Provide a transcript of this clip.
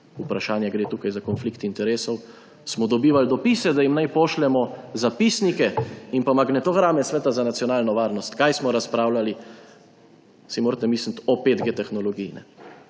vprašanje je tukaj konflikt interesov. Dobivali smo dopise, da jim naj pošljemo zapisnike in magnetograme Sveta za nacionalno varnost, kaj smo razpravljali − si morate misliti? − o tehnologiji